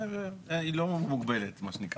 היא לא מוגבלת, מה שנקרא.